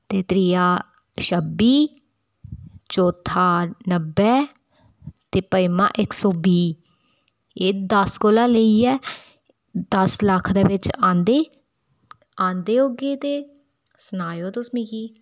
ते त्रीआ छब्बी चौथा नब्बै ते पंजमा इक सौ बीह् एह् दस कोला लेइयै दस लक्ख दे बिच्च आंदे आंदे होगे ते सनाएयो तुस मिकी